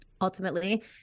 ultimately